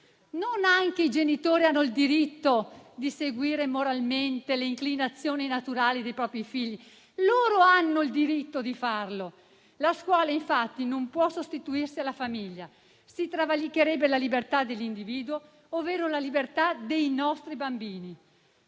Non "anche i genitori hanno il diritto di seguire moralmente le inclinazioni naturali dei propri figli": loro hanno il diritto di farlo. La scuola, infatti, non può sostituirsi alla famiglia, perché si travalicherebbe la libertà dell'individuo, ovvero la libertà dei nostri bambini.